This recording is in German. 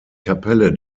kapelle